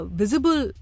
visible